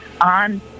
on